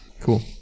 Cool